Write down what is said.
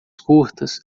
curtas